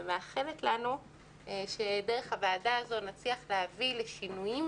ומאחלת לנו שדרך הוועדה הזאת נצליח להביא לשינויים,